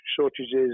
shortages